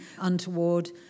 untoward